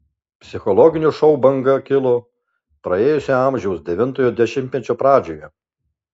psichologinių šou banga kilo praėjusio amžiaus devintojo dešimtmečio pradžioje